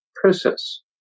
process